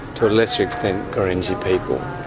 to a lesser extent gurindji people,